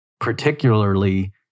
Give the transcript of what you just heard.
particularly